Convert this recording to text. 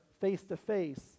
face-to-face